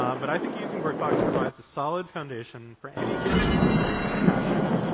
um but i think using workbox provides a solid foundation for any service worker's caching,